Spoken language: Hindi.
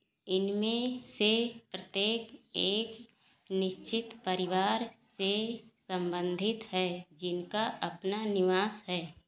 इनमें से प्रत्येक एक निश्चित परिवार से संबंधित है जिनका अपना निवास है